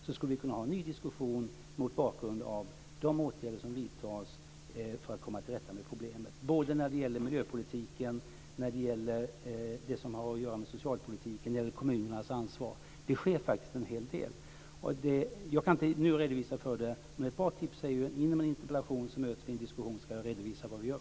Då skulle vi kunna ha en ny diskussion mot bakgrund av de åtgärder som vidtas för att komma till rätta med problemet när det gäller både miljöpolitiken och socialpolitiken och det som har att göra med kommunernas ansvar. Det sker en hel del. Jag kan inte nu redogöra för det. Ett bra tips är: Kom in med en interpellation, så möts vi i en diskussion där jag kan redovisa vad vi gör.